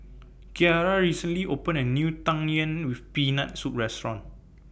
Ciarra recently opened A New Tang Yuen with Peanut Soup Restaurant